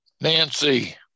Nancy